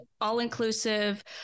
all-inclusive